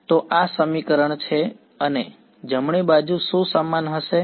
તો આ સમીકરણ છે અને જમણી બાજુ શું સમાન હશે